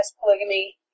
polygamy